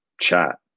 chat